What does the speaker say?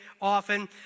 often